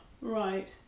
right